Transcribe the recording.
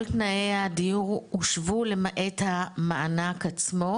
כל תנאי הדיור הושוו למעט המענק עצמו.